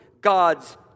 God's